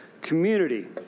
community